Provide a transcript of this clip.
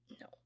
No